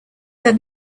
that